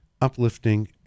uplifting